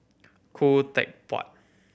Khoo Teck Puat